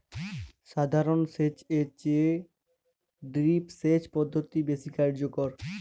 সাধারণ সেচ এর চেয়ে ড্রিপ সেচ পদ্ধতি বেশি কার্যকর